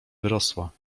wyrosła